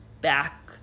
back